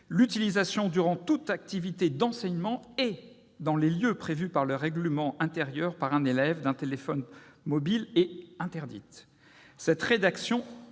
l'utilisation durant toute activité d'enseignement et dans les lieux prévus par le règlement intérieur, par un élève, d'un téléphone mobile est interdite ». Cette rédaction